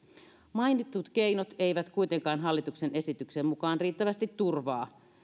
mainitut keinot eivät kuitenkaan hallituksen esityksen mukaan riittävästi turvaa